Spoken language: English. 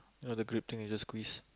ah the grip thing you just squeeze